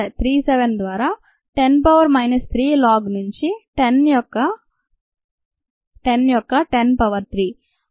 37 ద్వారా 10 power minus 3 log నుంచి 10 యొక్క 10 యొక్క 10 పవర్ 3